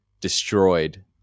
destroyed